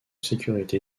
sécurité